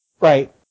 right